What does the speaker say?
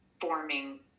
forming